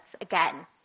again